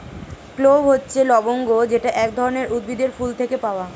clove হচ্ছে লবঙ্গ যেটা এক ধরনের উদ্ভিদের ফুল থেকে পাওয়া